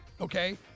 okay